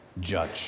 judge